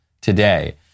today